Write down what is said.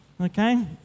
Okay